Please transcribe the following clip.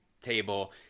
table